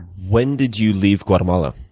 when did you leave guatemala?